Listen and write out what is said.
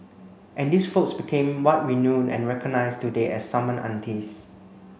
and these folks became what we know and recognise today as summon aunties